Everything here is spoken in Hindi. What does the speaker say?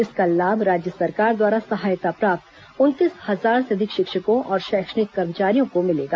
इसका लाभ राज्य सरकार द्वारा सहायता प्राप्त उनतीस हजार से अधिक शिक्षकों और शैक्षणिक कर्मचारियों को मिलेगा